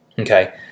Okay